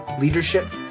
leadership